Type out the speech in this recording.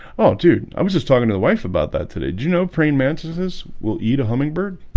oh dude. i was just talking to the wife about that today did you know praying mantises will eat a hummingbird